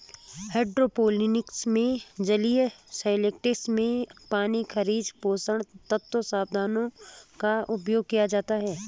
hydroponics में जलीय solvents में पानी खनिज पोषक तत्व समाधानों का उपयोग किया जाता है